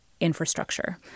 infrastructure